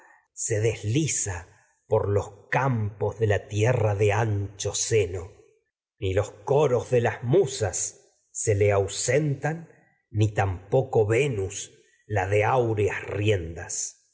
se desliza coros por los campos de la tierra de las musas se seno ni los de le ausentan ni crece tampoco venus yo la de áureas riendas